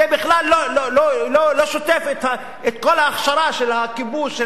זה בכלל לא שוטף את כל ההכשרה של הכיבוש,